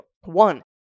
One